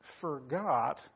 forgot